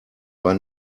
war